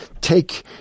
take